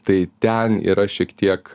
tai ten yra šiek tiek